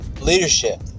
leadership